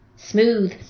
smooth